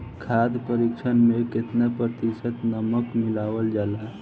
खाद्य परिक्षण में केतना प्रतिशत नमक मिलावल जाला?